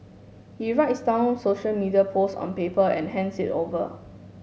he writes down social media post on paper and hands it over